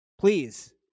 please